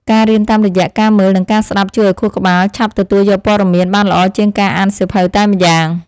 ការរៀនតាមរយៈការមើល និងការស្តាប់ជួយឱ្យខួរក្បាលឆាប់ទទួលយកព័ត៌មានបានល្អជាងការអានសៀវភៅតែម្យ៉ាង។